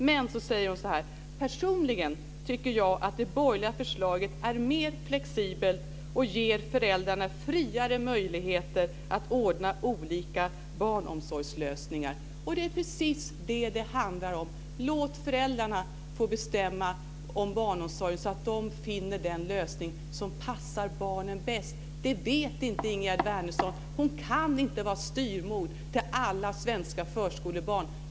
Sedan säger Viveka Hirdman-Ryrberg: "Personligen tycker jag att det borgerliga förslaget är mer flexibelt och ger föräldrarna friare möjligheter att ordna olika barnomsorgslösningar." Det är precis vad det handlar om. Låt alltså föräldrarna få bestämma om barnomsorgen så att de finner den lösning som passar barnen bäst, för det vet inte Ingegerd Wärnersson. Hon kan inte vara styvmor till alla svenska förskolebarn.